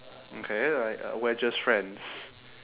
okay like uh we're just friends